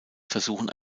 versuchen